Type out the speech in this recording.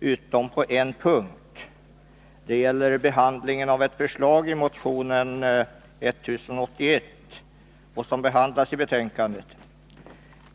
utom på en punkt. Det gäller ställningstagandet till ett förslag i motionen 1081, som behandlas i betänkandet.